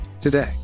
Today